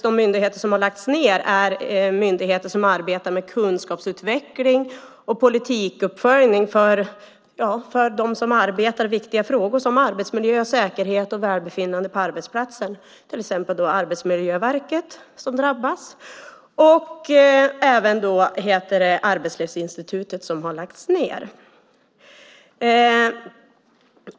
De myndigheter som lagts ned är nämligen sådana som arbetat med kunskapsutveckling och politikuppföljning i för dem som arbetar viktiga frågor som arbetsmiljö, säkerhet och välbefinnande på arbetsplatsen. Exempelvis har Arbetsmiljöverket drabbats, och Arbetslivsinstitutet har lagts ned.